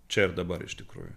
čia ir dabar iš tikrųjų